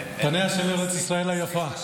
זה מה שאני --- פניה של ארץ ישראל היפה.